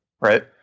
right